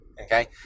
okay